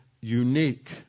unique